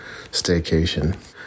staycation